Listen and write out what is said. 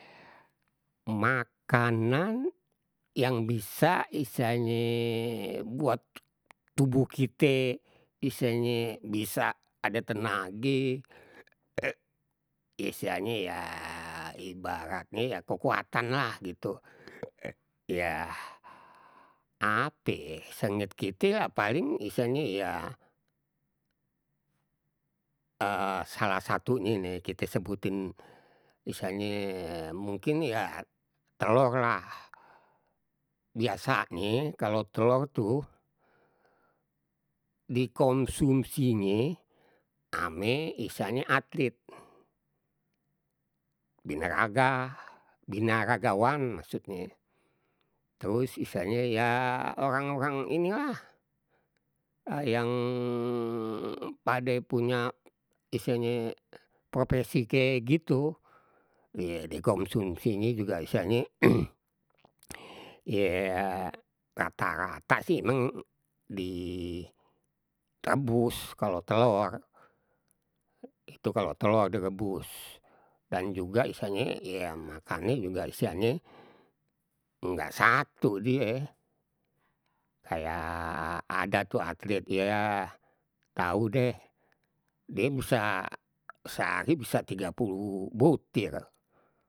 Makanan yang bisa istilahnye buat tubuh kite istilahnye bisa ada tenage istilahnye ya ibaratnye ya kekuatan lah gitu, yah ape ye, seinget kite ya paling istilahnye ya salah satunye ni kita sebutin istilahnye mungkin ya telor lah, biasanye kalau telor tuh dikonsumsinye ame isalnye atlit, binaraga, binaragawan maksudnye, terus istilahnye ya orang- orang ini lah yang pade punya istilahnye propesi kayak gitu. Ya dikonsumsinye juga istilahnye ya rata- rata sih emang direbus kalau telor, itu kalau telor direbus dan juga istilahnye ye makannye juga istilahnye enggak satu die. Kayak ada tuh atlit iya tahu deh die seha sehari bisa tiga puluh butir.